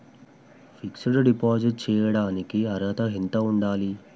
Fix డ్ deposit చేయటానికి అర్హత ఎంత ఉండాలి?